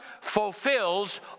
fulfills